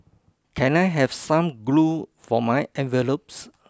can I have some glue for my envelopes